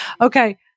Okay